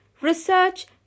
research